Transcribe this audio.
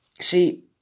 see